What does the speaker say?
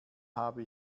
habe